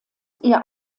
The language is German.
ihr